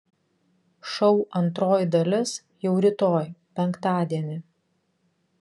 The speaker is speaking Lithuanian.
šou antroji dalis jau rytoj penktadienį